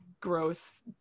Gross